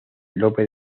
lope